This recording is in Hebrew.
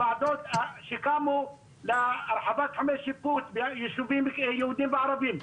ועדות שקמו להרחבת תחומי שיפוץ ביישובים יהודים וערבים.